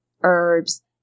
herbs